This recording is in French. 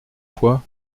fois